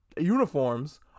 uniforms